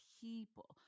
people